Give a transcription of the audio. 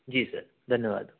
जी sir धन्यवाद